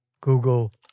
Google